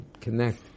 connect